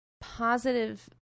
positive